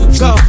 go